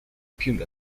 period